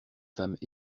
femmes